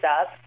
up